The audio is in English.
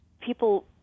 people